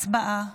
הצבעה.